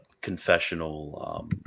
confessional